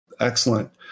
Excellent